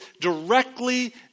directly